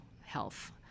health